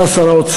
אתה, שר האוצר,